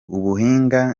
ubuhinga